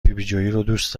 دوست